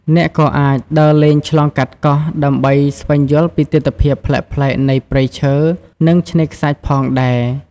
អ្នកក៏អាច ដើរលេងឆ្លងកាត់កោះ ដើម្បីស្វែងយល់ពីទិដ្ឋភាពប្លែកៗនៃព្រៃឈើ និងឆ្នេរខ្សាច់ផងដែរ។